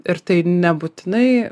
ir tai nebūtinai